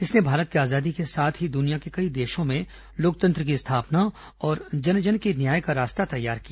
इसने भारत की आजादी के साथ ही दुनिया के कई देशों में लोकतंत्र की स्थापना और जन जन के न्याय का रास्ता तैयार किया